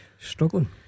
Struggling